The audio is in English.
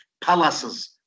palaces